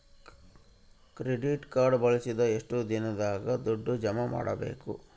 Credit card ಬಳಸಿದ ಎಷ್ಟು ದಿನದಾಗ ದುಡ್ಡು ಜಮಾ ಮಾಡ್ಬೇಕು?